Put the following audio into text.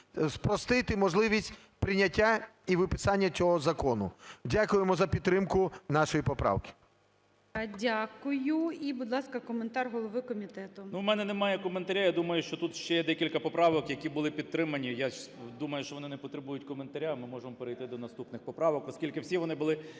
спростити можливість прийняття і виписання цього закону. Дякуємо за підтримку нашої поправки.